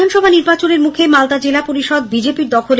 বিধানসভা নির্বাচনের মুখে মালদা জেলা পরিষদ বিজেপির দখলে